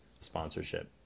sponsorship